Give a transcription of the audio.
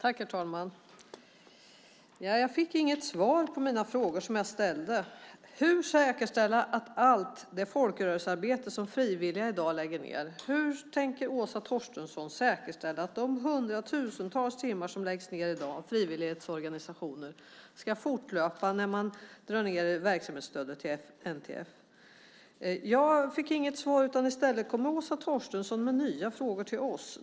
Herr talman! Jag fick inget svar på mina frågor som jag ställde. Hur säkerställa allt det folkrörelsearbete som frivilliga i dag lägger ned? Hur tänker Åsa Torstensson säkerställa att de hundratusentals timmar som läggs ned i dag av frivilligorganisationer ska fortlöpa när man drar ned i verksamhetsstödet till NTF? Jag fick inget svar. I stället kommer Åsa Torstensson med nya frågor till oss.